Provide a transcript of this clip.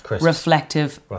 Reflective